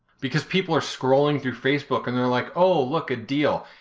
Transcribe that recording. because people are scrolling through facebook and they're like, oh look, a deal,